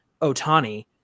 otani